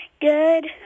Good